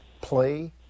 Play